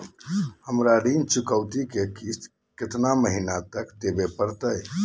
हमरा ऋण चुकौती के किस्त कितना महीना तक देवे पड़तई?